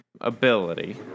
ability